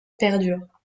perdure